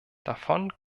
davon